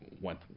went